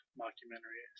mockumentary